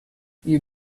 you